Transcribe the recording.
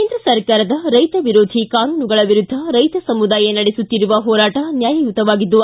ಕೇಂದ್ರ ಸರ್ಕಾರದ ರೈತ ವಿರೋಧಿ ಕಾನೂನುಗಳ ವಿರುದ್ದ ರೈತ ಸಮುದಾಯ ನಡೆಸುತ್ತಿರುವ ಹೋರಾಟ ನ್ಯಾಯಯುತವಾಗಿದ್ದು